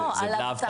לא, על האבטחה.